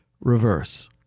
reverse